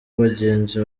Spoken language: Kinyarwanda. bagenzi